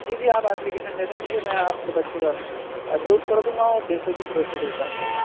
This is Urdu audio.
جی جی آپ ایپلیکیشن دے دیں مجھے میں آپ کے بچوں کا اپروو کر دوں گا اور جیسے بھی پروسیز ہوتا ہے